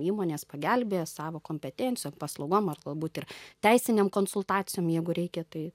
įmonės pagelbėja savo kompetencijom paslaugom ar galbūt ir teisinėm konsultacijom jeigu reikia tai